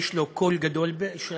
יש לו קול גדול, ג.